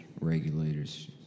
Regulators